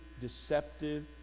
deceptive